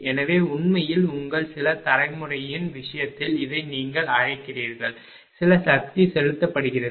எனவே உண்மையில் உங்கள் சில தலைமுறையின் விஷயத்தில் இதை நீங்கள் அழைக்கிறீர்கள் சில சக்தி செலுத்தப்படுகிறது